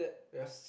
ya